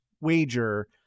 wager